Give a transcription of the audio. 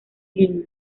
lima